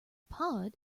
pod